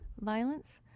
violence